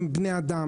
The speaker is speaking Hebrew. הם בני אדם.